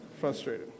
frustrated